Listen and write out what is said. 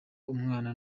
umwana